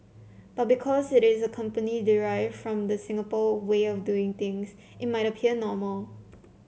but because it is a company derived from the Singapore way of doing things it might appear normal